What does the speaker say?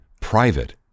private